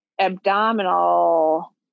abdominal